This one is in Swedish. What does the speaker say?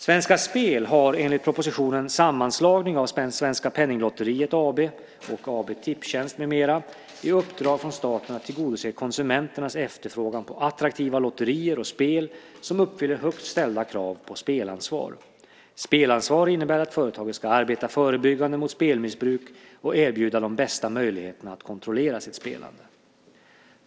Svenska Spel har enligt propositionen Sammanslagning av Svenska Penninglotteriet AB och AB Tipstjänst, m.m. i uppdrag från staten att tillgodose konsumenternas efterfrågan på attraktiva lotterier och spel som uppfyller högt ställda krav på spelansvar. Spelansvar innebär att företaget ska arbeta förebyggande mot spelmissbruk och erbjuda de bästa möjligheterna att kontrollera sitt spelande.